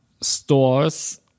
stores